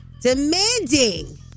demanding